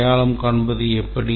அடையாளம் காண்பது எப்படி